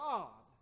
God